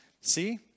see